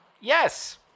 Yes